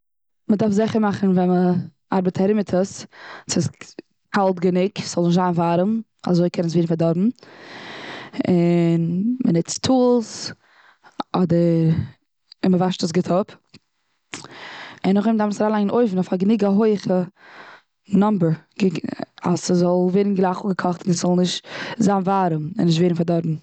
מ'דארף זיכער מאכן ווען מ'ארבעט ארום מיט עס ס'איז קאלט גענוג, ס'זאל נישט זיין ווארעם אזוי קען עס ווערן פארדארבן. און מ'ניצט טולס, אדער, און מ'וואשט עס גוט אפ. און נאכדעם דארך מען עס אריינלייגן אין אויוון אויף געניג א הויעכע נומבער, אז ס'זאל ווערן גלייך אפגעקאכט און ס'זאל נישט זיין ווארעם, און נישט ווערן פארדאדבן.